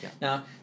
Now